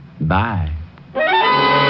Bye